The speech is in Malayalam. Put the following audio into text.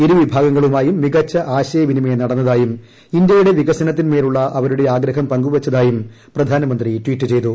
ഇരു വിഭാഗങ്ങളുമായും മിക്കച്ചു ആശയവിനിമയം നടന്നതായും ഇന്ത്യയുടെ വികസ്തൃത്തിൻമേലുള്ള അവരുടെ ആഗ്രഹം പങ്കുവച്ചതായും പ്രധാനമന്ത്രി ട്വീറ്റ് ചെയ്തു